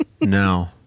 No